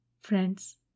Friends